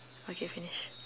okay finish